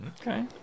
Okay